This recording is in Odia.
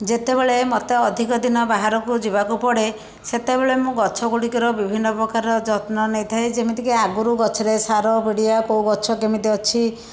ଯେତେବେଳେ ମୋତେ ଅଧିକ ଦିନ ବାହାରକୁ ଯିବାକୁ ପଡ଼େ ସେତେବେଳେ ମୁଁ ଗଛ ଗୁଡ଼ିକର ବିଭିନ୍ନ ପ୍ରକାରର ଯତ୍ନ ନେଇଥାଏ ଯେମିତିକି ଆଗରୁ ଗଛରେ ସାର ପିଡ଼ିଆ କେଉଁ ଗଛ କେମିତି ଅଛି